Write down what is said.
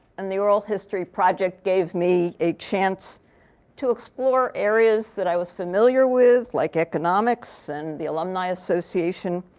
and the oral history project gave me a chance to explore areas that i was familiar with, like economics and the alumni association,